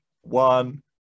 one